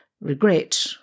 regret